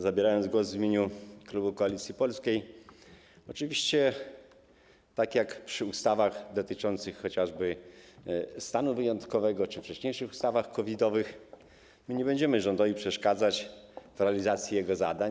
Zabierając głos w imieniu klubu Koalicji Polskiej, oczywiście tak jak przy ustawach dotyczących chociażby stanu wyjątkowego czy przy wcześniejszych ustawach COVID-owych, nie będziemy przeszkadzać rządowi w realizacji jego zadań.